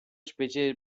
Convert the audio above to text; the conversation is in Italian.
specie